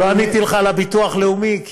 לא עניתי לך על הביטוח הלאומי,